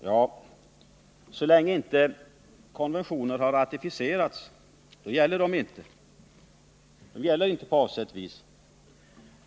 Ja, det är riktigt, men så länge konventioner inte har ratificerats gäller de inte på avsett vis.